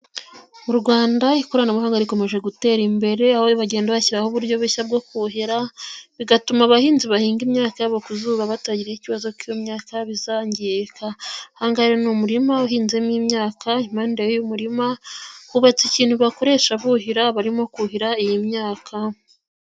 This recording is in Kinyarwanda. Mu rwanda ikoranabuhanga rikomeje gutera imbere, aho bagenda bashyiraho uburyo bushya bwo kuhira, bigatuma abahinzi bahinga imyaka yabo ku zuba batagira ikibazo cy'imyaka ko izangirika . Ahangaha ni umurima uhinzemo imyaka, impande y'umurima hubatse ikintu bakoresha buhira barimo kuhira iyi myaka.